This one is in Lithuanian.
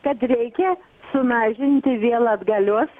kad reikia sumažinti vėl atgalios